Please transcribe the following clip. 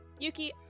Yuki